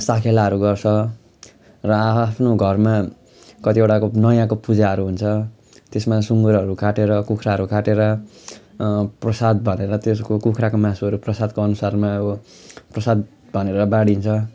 साकेलाहरू गर्छ र आआफ्नो घरमा कतिवटाको नयाँको पूजाहरू हुन्छ त्यसमा सुँगुरहरू काटेर कुखुराहरू काटेर प्रसाद भनेर त्यसको कुखुराको मासुहरू प्रसादको अनुसारमा अब प्रसाद भनेर बाँडिन्छ